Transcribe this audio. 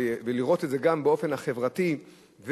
לראות את זה באופן חברתי,